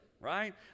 Right